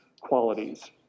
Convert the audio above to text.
qualities